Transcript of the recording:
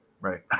right